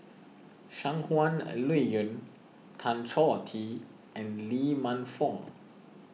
Shangguan Liuyun Tan Choh Tee and Lee Man Fong